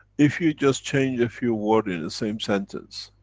if you just change a few words in the same sentence,